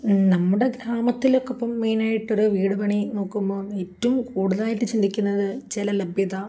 നമ്മുടെ ഗ്രാമത്തിലൊക്കെ ഇപ്പോള് മെയിനായിട്ടൊരു വീട് പണി നോക്കുമ്പോള് ഏറ്റവും കൂടുതലായിട്ടു ചിന്തിക്കുന്നതു ജല ലഭ്യത